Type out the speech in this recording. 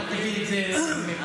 אתה תגיד את זה מפה,